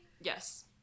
Yes